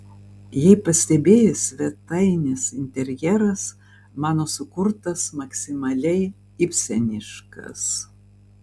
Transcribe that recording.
jei pastebėjai svetainės interjeras mano sukurtas maksimaliai ibseniškas